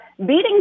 beating